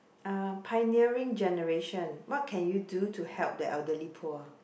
uh pioneering generation what can you do to help the elderly poor